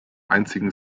einzigen